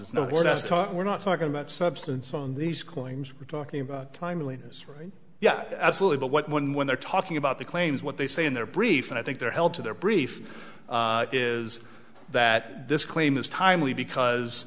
talk we're not talking about substance on these coins we're talking about timeliness right yeah absolutely but what one when they're talking about the claims what they say in their brief and i think they're held to their brief is that this claim is timely because